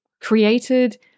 created